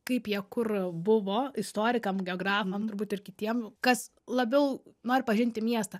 kaip jie kur buvo istorikam geografam turbūt ir kitiem kas labiau nori pažinti miestą